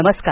नमस्कार